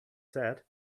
said